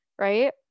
right